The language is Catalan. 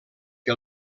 que